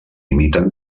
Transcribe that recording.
imiten